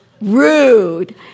rude